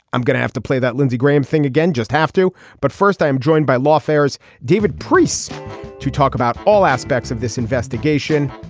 i'm going to have to play that lindsey graham thing again just have to. but first i'm joined by law fair's david priests to talk about all aspects of this investigation.